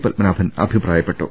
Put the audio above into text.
പത്മനാഭൻ അഭിപ്രായപ്പെട്ടു